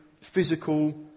physical